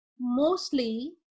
mostly